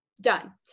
done